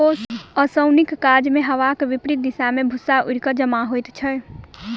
ओसौनीक काजमे हवाक विपरित दिशा मे भूस्सा उड़ि क जमा होइत छै